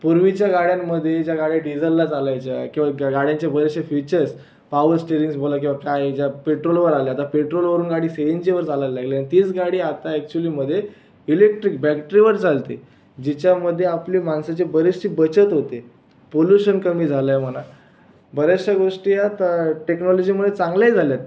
पूर्वीच्या गाड्यांमधे ज्या गाड्या डिझलला चालायच्या किंवा गाड्यांचे बरेचसे फीचर्स पॉवर स्टेअरिंग्स बोला किंवा काय ज्या पेट्रोलवर आल्या त्या पेट्रोलवरुन गाडी सि एन जीवर चालायला लागली तीच गाडी आता ॲक्युअलीमध्ये इलेक्ट्रिक बॅक्टरीवर चालते जिच्यामध्ये आपली माणसाची बरीचशी बचत होते पोलुशन कमी झालं आहे म्हणा बऱ्याचशा गोष्टी ह्या ट टेक्नॉलॉजीमुळे चांगल्याही झाल्यात